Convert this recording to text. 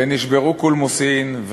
ונשברו קולמוסים,